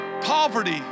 poverty